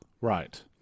Right